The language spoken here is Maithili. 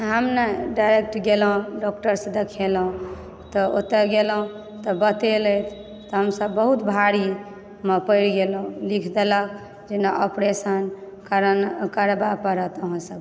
हम ने डाइरेक्ट गेलहुॅं डॉक्टर से देखलहुॅं तऽ ओतऽ गेलहुॅं तऽ बतेलथि तऽ हमसब बड़ी भारीमे पैड़ गेलहुॅं लिख देलक जेना ऑपरेशन करबऽ पड़त अहाँ सबके